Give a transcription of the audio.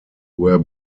were